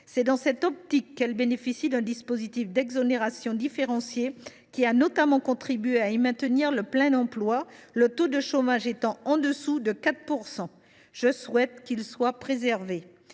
C’est pour cette raison qu’elle bénéficie d’un dispositif d’exonération différencié, qui a notamment contribué à y maintenir le plein emploi, le taux de chômage étant en dessous de 4 %. Je souhaite que ce dispositif soit préservé.